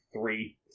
three